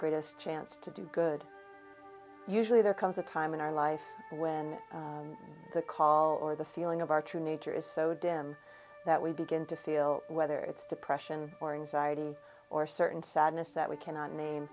greatest chance to do good usually there comes a time in our life when the call or the feeling of our true nature is so dim that we begin to feel whether it's depression or anxiety or certain sadness that we cannot name